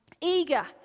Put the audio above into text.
eager